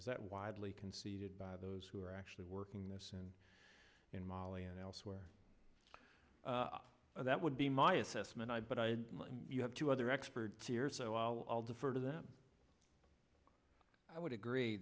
is that widely conceded by those who are actually working this and in mali and elsewhere that would be my assessment i but i have two other experts here so i'll defer to them i would agree